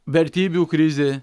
vertybių krizė